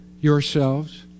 yourselves